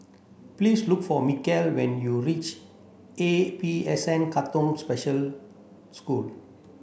please look for Mikal when you reach A E S N Katong Special School